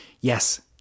Yes